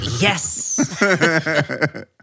Yes